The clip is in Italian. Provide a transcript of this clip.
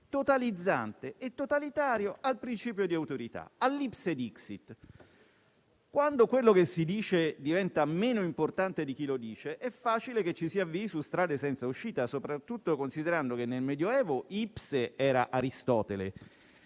totalizzante e totalitario al principio di autorità, all'*ipse dixit*. Quando quello che si dice diventa meno importante di chi lo dice, è facile che ci si avvii su strade senza uscita, soprattutto considerando che nel Medioevo *ipse* era Aristotele